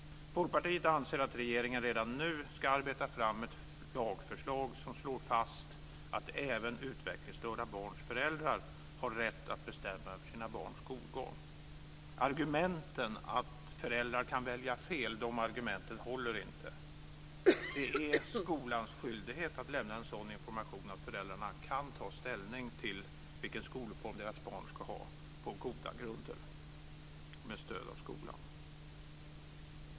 Folkpartiet anser att regeringen redan nu ska arbeta fram ett lagförslag som slår fast att även utvecklingsstörda barns föräldrar har rätt att bestämma över sina barns skolgång. Argumenten att föräldrar kan välja fel håller inte. Det är skolans skyldighet att lämna en sådan information att föräldrarna kan ta ställning till vilken skolform deras barn ska gå i på goda grunder. Fru talman!